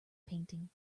painting